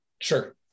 sure